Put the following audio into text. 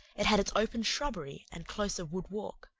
it had its open shrubbery, and closer wood walk,